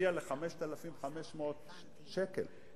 ל-5,500 שקל,